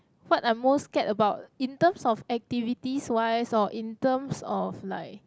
what I most scared about in terms of activities wise or in terms of like